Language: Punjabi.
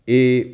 ਇਹ